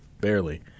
Barely